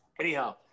anyhow